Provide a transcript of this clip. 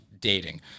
dating